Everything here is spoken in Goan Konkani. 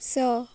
स